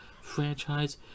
franchise